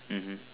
mmhmm